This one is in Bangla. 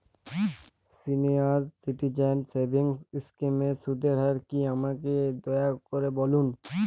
সিনিয়র সিটিজেন সেভিংস স্কিমের সুদের হার কী আমাকে দয়া করে বলুন